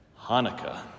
Hanukkah